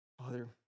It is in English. Father